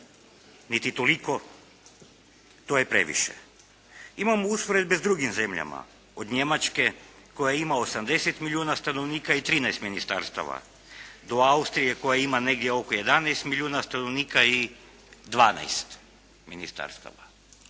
niti toliko, to je previše. Imamo usporedbe s drugim zemljama, od Njemačke koja ima 80 milijuna stanovnika i 13 ministarstava, do Austrije koja ima negdje oko 11 milijuna stanovnika i 12 ministarstava.